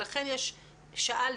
ולכן שאלתי: